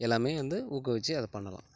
எல்லாமே வந்து ஊக்குவிச்சு அதைப் பண்ணலாம்